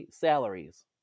salaries